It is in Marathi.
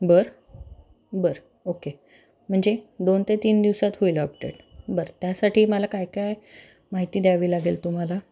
बरं बरं ओके म्हणजे दोन ते तीन दिवसात होईल अपडेट बरं त्यासाठी मला काय काय माहिती द्यावी लागेल तुम्हाला